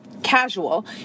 Casual